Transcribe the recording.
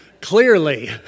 Clearly